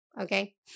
okay